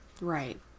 Right